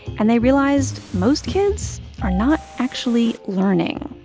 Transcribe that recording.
and they realized most kids are not actually learning.